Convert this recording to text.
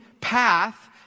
path